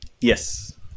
Yes